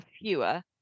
fewer